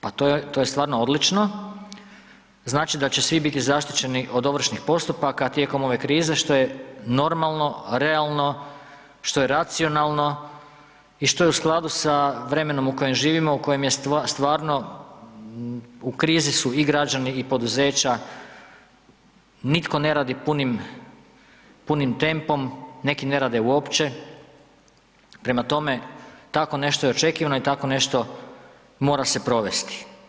Pa to je stvarno odlično, znači da će svi biti zaštićeni od ovršnih postupaka tijekom ove krize što je normalno, realno, što je racionalno i što je u skladu sa vremenom u kojem živimo u kojem su stvarno u krizi i građani i poduzeća, nitko ne radi punim tempom, neki ne rade uopće, prema tome, tako nešto je očekivano i tako nešto mora se provesti.